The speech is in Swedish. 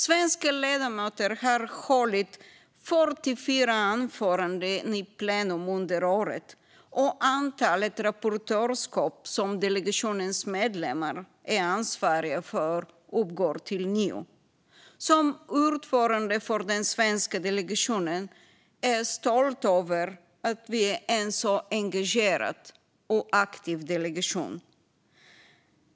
Svenska ledamöter har hållit 44 anföranden i plenum under året, och antalet rapportörskap som delegationens medlemmar är ansvariga för uppgår till nio. Som ordförande för den svenska delegationen är jag stolt över att vi är en så engagerad och aktiv delegation.